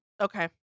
Okay